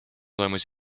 toimus